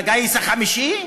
לגיס החמישי?